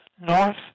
north